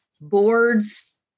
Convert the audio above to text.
Boards